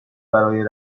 برای